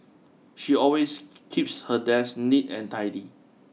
she always keeps her desk neat and tidy